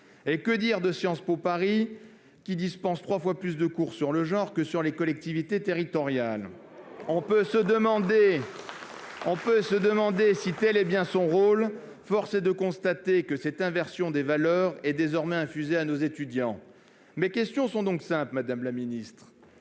Et que dire de Sciences Po Paris, qui dispense trois fois plus de cours sur le genre que sur les collectivités territoriales ? On peut se demander si tel est bien le rôle de cette institution. Force est de constater que cette inversion des valeurs est désormais infusée à nos étudiants. Ma question est donc simple, madame la ministre